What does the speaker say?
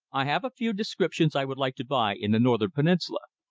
i have a few descriptions i would like to buy in the northern peninsula.